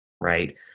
right